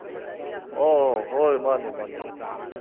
ꯑꯣ ꯍꯣꯏ ꯃꯥꯅꯦ ꯃꯥꯅꯦ